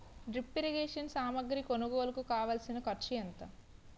drip irrigation సామాగ్రి కొనుగోలుకు కావాల్సిన ఖర్చు ఎంత